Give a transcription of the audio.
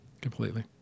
completely